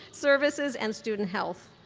services, and student health,